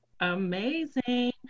Amazing